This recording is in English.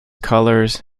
colors